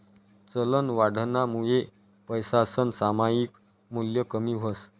चलनवाढनामुये पैसासनं सामायिक मूल्य कमी व्हस